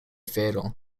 fatal